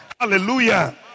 Hallelujah